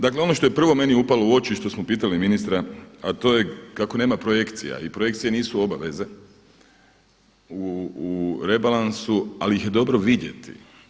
Dakle ono što je prvo meni upalo u oči i što smo pitali ministra a to je kako nema projekcija i projekcije nisu obaveze u rebalansu ali ih je dobro vidjeti.